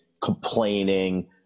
complaining